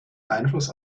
einfluss